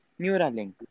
Neuralink